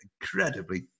incredibly